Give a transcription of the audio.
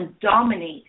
dominate